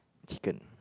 chicken